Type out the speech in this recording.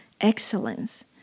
excellence